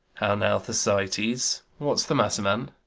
now, thersites! what's the matter, man?